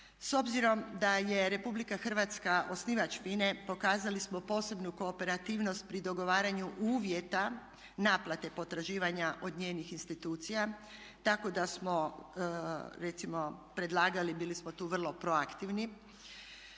S obzirom da je RH osnivač FINA-e pokazali smo posebnu kooperativnost pri dogovaranju uvjeta naplate potraživanja od njenih institucija tako da smo recimo predlagali, bili smo tu vrlo proaktivni